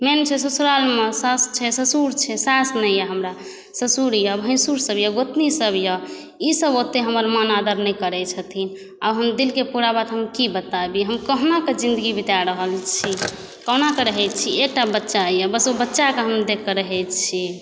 मेन छै ससुरालमे सास छै ससुर छै सास नही यऽ हमरा ससुर यऽ भैसुर सब यऽ गोतनी सब यऽ ई सब ओते हमर मान आदर नहि करै छथिन आब हम दिलके पुरा बात हम की बताबी हम कहुनाकऽ जिन्दगी बिता रहल छी कहुनाकऽ रहै छी एकटा बच्चा यऽ बस ओ बच्चाके हम देखकऽ रहै छी